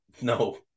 No